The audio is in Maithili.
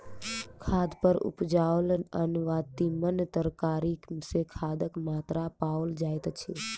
खाद पर उपजाओल अन्न वा तीमन तरकारी मे खादक मात्रा पाओल जाइत अछि